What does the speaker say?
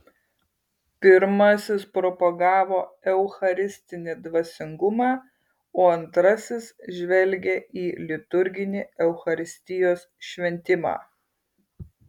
pirmasis propagavo eucharistinį dvasingumą o antrasis žvelgė į liturginį eucharistijos šventimą